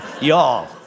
Y'all